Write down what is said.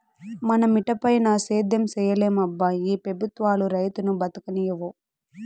మన మిటపైన సేద్యం సేయలేమబ్బా ఈ పెబుత్వాలు రైతును బతుకనీవు